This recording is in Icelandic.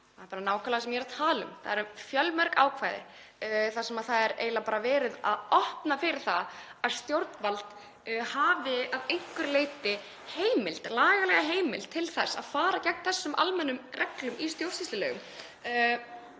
Það er bara nákvæmlega það sem ég er að tala um. Það eru fjölmörg ákvæði þar sem það er eiginlega bara verið að opna fyrir það að stjórnvald hafi að einhverju leyti lagalega heimild til þess að fara gegn þessum almennu reglum í stjórnsýslulögum.